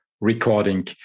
recording